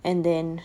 and then